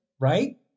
right